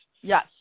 Yes